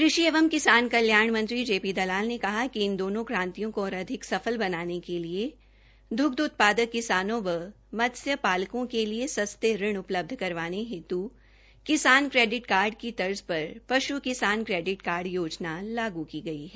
कृषि एवं किसान कल्याण मंत्री जेपी दलाल ने कहा कि इन दोनों क्रांतियों को और अधिक सफल बनाने के लिए द्ग्ध उत्पादक किसानों व मत्स्य पालकों के लिए सस्ते ऋण उपलब्ध करवाने हेतु किसान क्रेडिट कार्ड की तर्ज पर पश् किसान क्रेडिट कार्ड योजना लागू की गई है